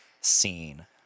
scene